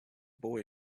boy